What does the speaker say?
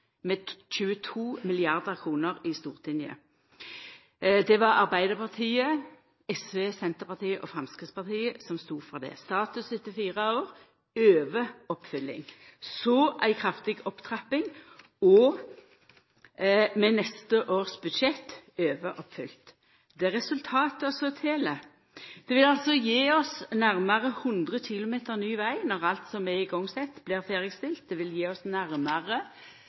med 22 mrd. kr i Stortinget. Det var Arbeiderpartiet, SV, Senterpartiet og Framstegspartiet som stod for det. Status etter fire år: overoppfylling, så ei kraftig opptrapping og – med neste års budsjett – overoppfylling. Det er resultata som tel. Det vil altså gje oss nærmare 1 000 km ny veg når alt som er sett i gong blir ferdigstilt. Det vil gje oss